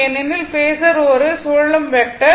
ஏனெனில் பேஸர் ஒரு சுழலும் வெக்டர்